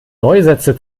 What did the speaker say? neusätze